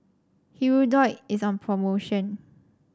Hirudoid is on promotion